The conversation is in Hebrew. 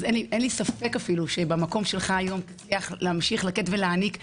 אין לי ספק אפילו שבמקום שלך היום תצליח להמשיך לתת ולהעניק לכולם.